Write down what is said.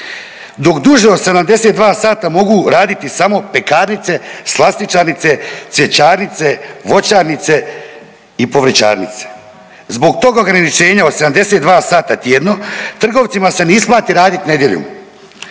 dok duže od 72 sata mogu raditi samo pekarnice, slastičarnice, cvjećarnice, voćarnice i povrćarnice. Zbog tog ograničenja od 72 sata tjedno trgovcima se ne isplati raditi nedjeljom.